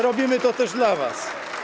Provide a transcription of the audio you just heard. Robimy to też dla was.